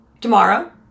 tomorrow